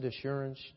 assurance